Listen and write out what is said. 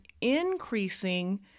increasing